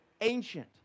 ancient